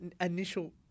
initial